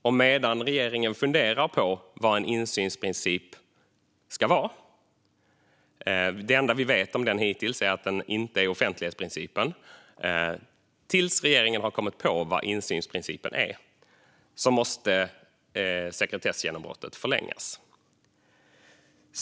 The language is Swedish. Det enda vi hittills vet om insynsprincipen är att den inte är offentlighetsprincipen. Fram till dess att regeringen har kommit på vad insynsprincipen är måste sekretessgenombrottet förlängas.